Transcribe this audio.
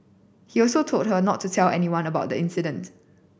he also told her not to tell anyone about the incident